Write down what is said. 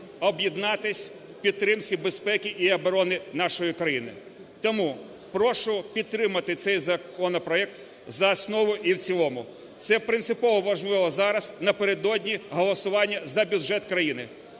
об'єднатись у підтримці безпеки і оборони нашої країни. Тому прошу підтримати цей законопроект за основу і в цілому. Це принципово важливо зараз, напередодні голосування за бюджет країни.